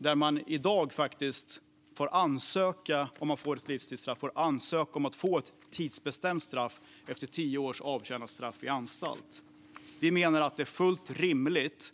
Den som fått ett livstidsstraff kan i dag efter tio års avtjänat straff på anstalt ansöka om att få ett tidsbestämt straff. Vi menar att det är fullt rimligt